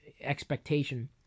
expectation